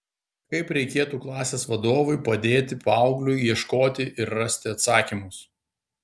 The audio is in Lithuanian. kaip reikėtų klasės vadovui padėti paaugliui ieškoti ir rasti atsakymus